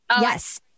Yes